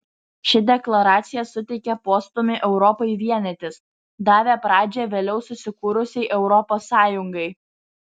ši deklaracija suteikė postūmį europai vienytis davė pradžią vėliau susikūrusiai europos sąjungai